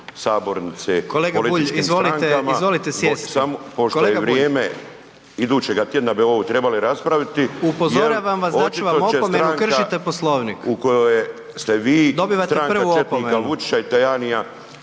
Kolega Bulj, izvolite sjesti.